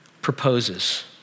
proposes